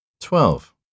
Twelve